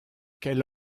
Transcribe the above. qu’elle